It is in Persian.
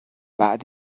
بعد